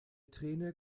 träne